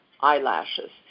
eyelashes